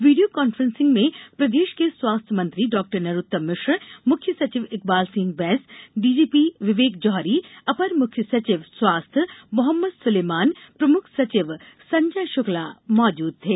video conferencing में प्रदेश के स्वास्थ्य मंत्री डॉ नरोत्तम मिश्र मुख्य सचिव इकबाल सिंह बैंस डीजीपी विवेक जौहरी अपर मुख्य सचिव स्वास्थ्य मोहम्मद सुलेमान प्रमुख सचिव संजय शुक्ला मौजूद थे